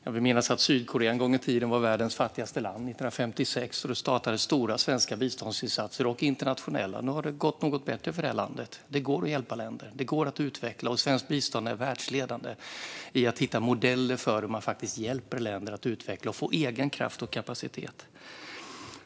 Jag vill minnas att Sydkorea en gång i tiden var världens fattigaste land - 1956 - och då startades stora svenska och internationella biståndsinsatser. Nu har det gått något bättre för detta land. Det går att hjälpa länder och utveckla dem. Och svenskt bistånd är världsledande i fråga om att hitta modeller för hur man faktiskt hjälper länder att utvecklas och få egen kraft och kapacitet.